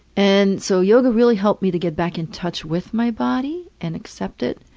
and so yoga really helped me to get back in touch with my body and accept it.